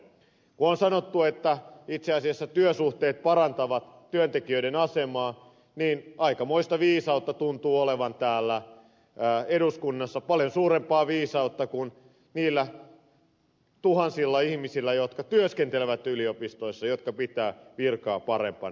kun on sanottu että itse asiassa työsuhteet parantavat työntekijöiden asemaa niin aikamoista viisautta tuntuu olevan täällä eduskunnassa paljon suurempaa viisautta kuin niillä tuhansilla ihmisillä jotka työskentelevät yliopistoissa ja jotka pitävät virkaa parempana